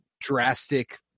drastic